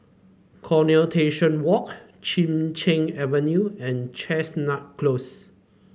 Coronation Walk Chin Cheng Avenue and Chestnut Close